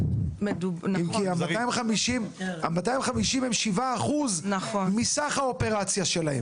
אם כי 250 מהווים כ-7% מסך האופרציה שלהם.